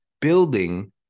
building